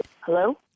Hello